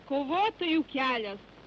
kovotojų kelias